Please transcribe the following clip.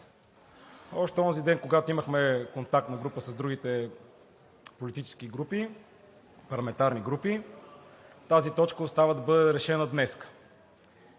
Още онзи ден, когато имахме контактна група с другите политически парламентарни групи, тази точка остана да бъде решена днеска.